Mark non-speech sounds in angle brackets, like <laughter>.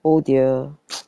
oh dear <noise>